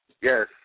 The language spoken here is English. Yes